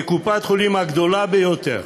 כקופת-החולים הגדולה ביותר,